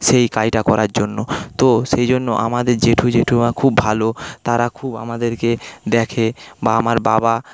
সেই কাজটা করার জন্য তো সেই জন্য আমাদের জেঠু জেঠিমা খুব ভালো তারা খুব আমাদেরকে দেখে বা আমার বাবা